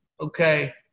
Okay